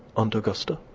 aunt augusta,